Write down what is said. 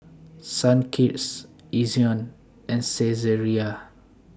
Sunkist Ezion and Saizeriya